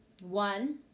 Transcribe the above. One